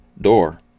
door